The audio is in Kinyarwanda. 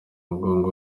mugongo